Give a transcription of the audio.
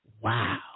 Wow